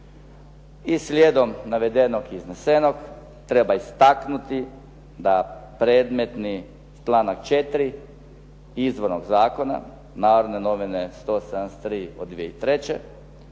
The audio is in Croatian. I slijedom navedenog i iznesenog treba istaknuti da predmetni članak 4. izvornog zakona, "Narodne novine" 173/03.,